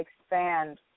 expand